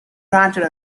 granted